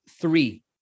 three